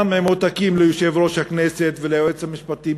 גם עם עותקים ליושב-ראש הכנסת וליועץ המשפטי,